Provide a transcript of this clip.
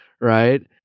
Right